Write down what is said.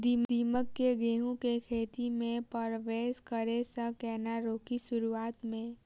दीमक केँ गेंहूँ केँ खेती मे परवेश करै सँ केना रोकि शुरुआत में?